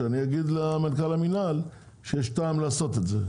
שאני אגיד למנכ"ל המינהל שיש טעם לעשות את זה,